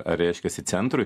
ar reiškiasi centrui